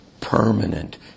permanent